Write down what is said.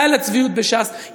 די לצביעות בש"ס.